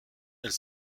elle